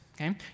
Okay